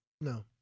No